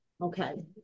Okay